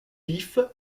vif